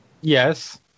Yes